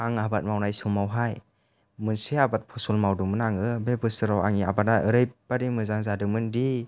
आं आबाद मावनाय समावहाय मोनसे आबाद फसल मावदोंमोन आङो बे बोसोराव आंनि आबादा ओरैबायदि मोजां जादोंमोन दि